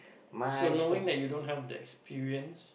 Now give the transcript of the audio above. so knowing that you don't have the experience